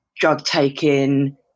drug-taking